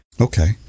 Okay